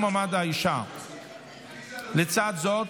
ולצד זאת,